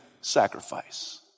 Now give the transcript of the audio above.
sacrifice